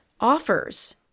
offers